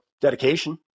dedication